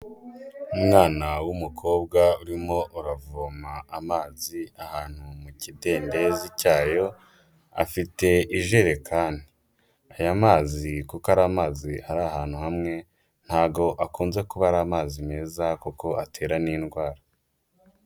Umwana w'umukobwa urimo uravoma amazi ahantu mu kidendezi cyayo afite ijerekani, aya mazi kuko ari amazi ari ahantu hamwe, ntago akunze kuba ari amazi meza kuko atera n'indwara.